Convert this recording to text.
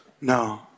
no